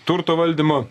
turto valdymo